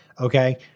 Okay